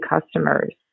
customers